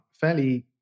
fairly